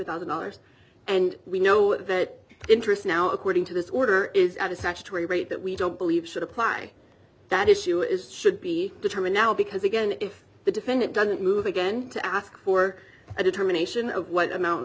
thousand dollars and we know that interest now according to this order is at a statutory rate that we don't believe should apply that issue is should be determined now because again ringback if the defendant doesn't move again to ask for a determination of what amount